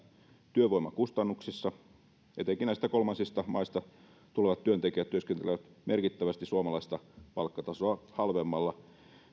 työvoimakustannuksissa etenkin näistä kolmansista maista tulevat työntekijät työskentelevät merkittävästi suomalaista palkkatasoa halvemmalla